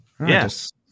Yes